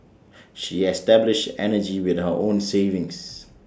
she established energy with her own savings